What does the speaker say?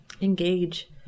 engage